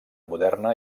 moderna